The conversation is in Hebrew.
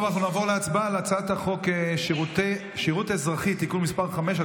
אנחנו נעבור להצבעה על הצעת חוק שירות אזרחי (תיקון מס' 5),